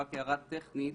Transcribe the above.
הערה טכנית: